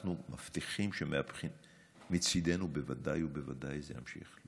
אנחנו מבטיחים שמצידנו ודאי ובוודאי זה יימשך.